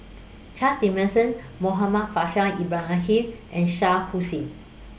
Charles Emmerson Muhammad Faishal Ibrahim and Shah Hussain